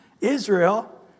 Israel